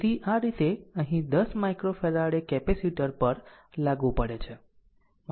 તેથી આ રીતે અહીં 10 માઈક્રોફેરાડે કેપેસિટર પર લાગુ પડે છે